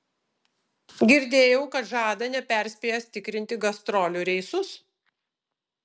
girdėjau kad žada neperspėjęs tikrinti gastrolių reisus